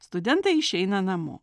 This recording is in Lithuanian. studentai išeina namo